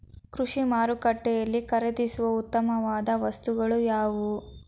ಕೃಷಿ ಮಾರುಕಟ್ಟೆಯಲ್ಲಿ ಖರೀದಿಸುವ ಉತ್ತಮವಾದ ವಸ್ತುಗಳು ಯಾವುವು?